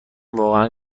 واقعا